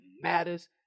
matters